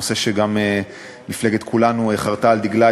נושא שגם מפלגת כולנו חרתה על דגלה,